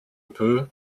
peux